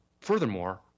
Furthermore